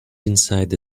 inside